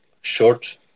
short